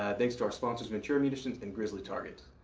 ah thanks to our sponsors ventura munitions and grizzly targets.